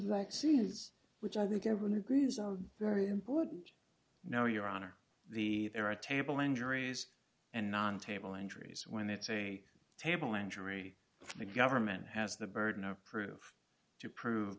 is which i think everyone agrees are very important no your honor the era table injuries and non table injuries when it's a table and jury from the government has the burden of proof to prove